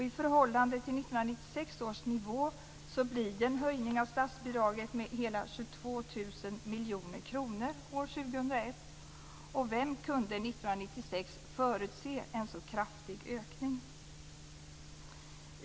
I förhållande till 1996 års nivå blir det en höjning av statsbidraget med hela 22 000 miljoner kronor år 2001. Vem kunde 1996 ha förutsett en så kraftig ökning?